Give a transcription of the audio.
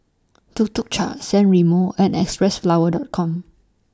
Tuk Tuk Cha San Remo and Xpressflower Dot Com